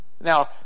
Now